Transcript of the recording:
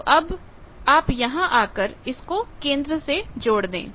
तो अब आप यहां आकर इसको केंद्र से जोड़ दें